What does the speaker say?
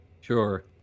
Sure